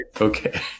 Okay